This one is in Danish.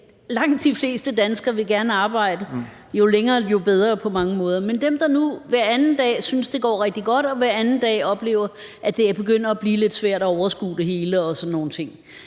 langt de fleste danskere gerne vil arbejde og jo længere jo bedre på mange måder. Men der er dem, der nu hver anden dag synes, det går rigtig godt, og hver anden dag oplever, at det begynder at blive lidt svært at overskue det hele og sådan nogle ting.